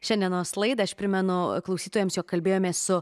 šiandienos laidą aš primenu klausytojams jog kalbėjomės su